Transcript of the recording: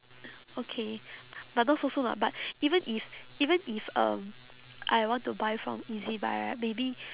okay but those also lah but even if even if um I want to buy from ezbuy right maybe